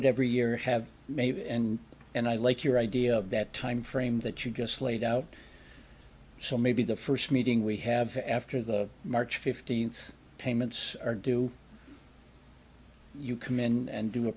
it every year have made and and i like your idea of that timeframe that you just laid out so maybe the first meeting we have after the march fifteenth payments or do you come in and do a